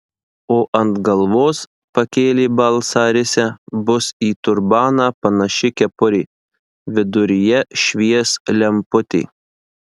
o ant galvos pakėlė balsą risia bus į turbaną panaši kepurė viduryje švies lemputė